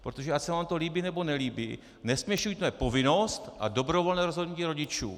Protože ať se vám to líbí nebo nelíbí, nesměšujme povinnost a dobrovolné rozhodnutí rodičů.